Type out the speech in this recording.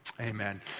Amen